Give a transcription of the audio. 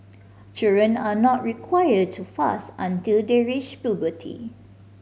children are not required to fast until they reach puberty